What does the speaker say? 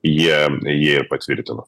jie jį patvirtino